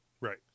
Right